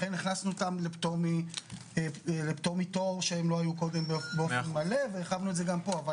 לכן הכנסנו אותם לפטור מתור שהם לא היו קודם והרחבנו את זה גם פה.